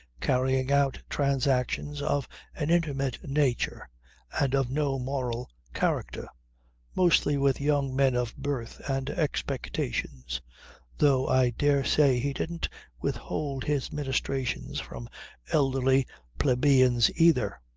carrying out transactions of an intimate nature and of no moral character mostly with young men of birth and expectations though i dare say he didn't withhold his ministrations from elderly plebeians either.